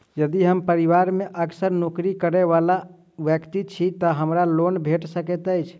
यदि हम परिवार मे असगर नौकरी करै वला व्यक्ति छी तऽ हमरा लोन भेट सकैत अछि?